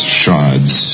shards